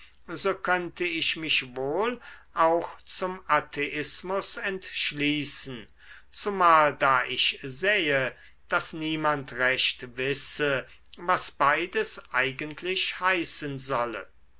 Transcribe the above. so könnte ich mich wohl auch zum atheismus entschließen zumal da ich sähe daß niemand recht wisse was beides eigentlich heißen solle